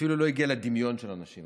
אפילו לא הגיע לדמיון של האנשים,